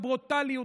הברוטליות,